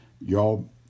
Y'all